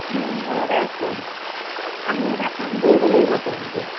ঘৰতে আছোঁ আমি এটা কাম কৰিব লাগিব পম্পী